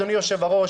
אדוני יושב הראש,